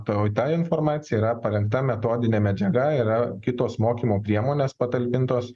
to ta informacija yra parengta metodine medžiaga yra kitos mokymo priemonės patalpintos